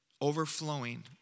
overflowing